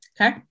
Okay